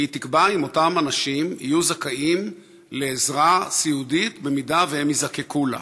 כי היא תקבע אם אותם אנשים יהיו זכאים לעזרה סיעודית אם הם יזקקו לה.